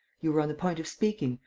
you were on the point of speaking.